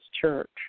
Church